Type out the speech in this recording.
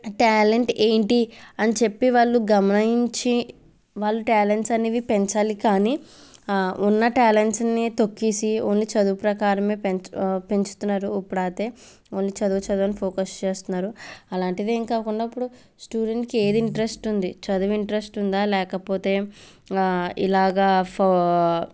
talent ఏంటి అని చెప్పి వాళ్ళు గమనించి వాళ్ళు ట్యాలెంట్స్ అనేవి పెంచాలి కానీ ఉన్న ట్యాలెంట్స్ని తొక్కిసి ఓన్లీ చదువు ప్రకారమే పెంచ పెంచుతున్నారు ఇప్పుడు అయితే ఓన్లీ చదువు చదువు అని ఫోకస్ చేస్తున్నారు అలాంటిది ఏం కాకుండా ఇప్పుడు స్టూడెంట్కి ఏది ఇంట్రెస్ట్ ఉంది చదువు ఇంట్రెస్ట్ ఉందా లేకపోతే ఇలాగా ఫ